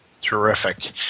terrific